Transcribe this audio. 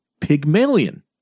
Pygmalion